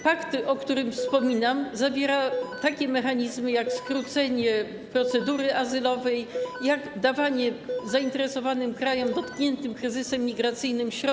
Pakt, o którym wspominam, zawiera takie mechanizmy jak skrócenie procedury azylowej, jak dawanie zainteresowanym krajom dotkniętym kryzysem migracyjnym środków.